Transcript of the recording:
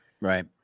Right